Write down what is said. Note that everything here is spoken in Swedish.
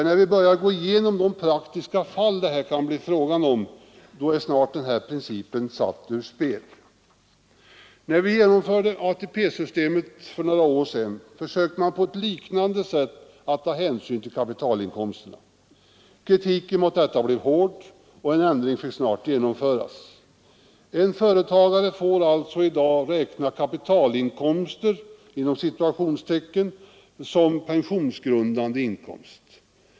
När vi börjar granska de praktiska fall som det här kan bli fråga om, är snart den principen satt ur spel. När ATP-systemet genomfördes för några år sedan, försökte man på ett liknande sätt att ta hänsyn till kapitalinkomsterna. Kritiken mot detta blev hård, och en ändring fick snart genomföras. En företagare får alltså i dag räkna ”kapitalinkomster” som pensionsgrundande inkomst.